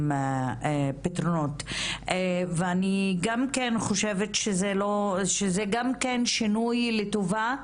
פתרונות ואני גם כן חושבת שזה גם כן שינוי לטובה,